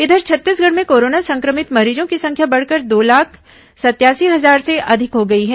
इधर छत्तीसगढ़ में कोरोना संक्रमित मरीजों की संख्या बढ़कर दो लाख सतयासी हजार से अधिक हो गई है